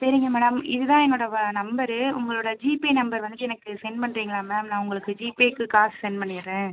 சரிங்க மேடம் இது தான் என்னோட வா நம்பர் உங்களோட ஜிபே நம்பர் வந்துட்டு எனக்கு சென்ட் பண்ணுறிங்களா மேம் நான் உங்களுக்கு ஜிபேக்கு காசு சென்ட் பண்ணிடுறேன்